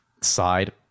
side